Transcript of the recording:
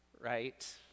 right